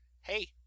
Hey